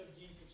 Jesus